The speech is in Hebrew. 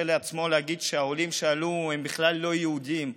לעצמו לומר שהעולים שעלו הם בכלל לא יהודים.